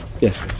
yes